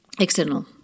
External